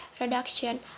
reduction